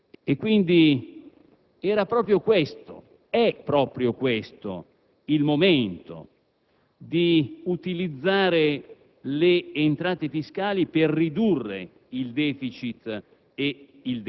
di aver fatto troppo poco per il risanamento. Questo mi pare che sia un fatto fondamentale, perché se in una famiglia non c'è una situazione sana, il futuro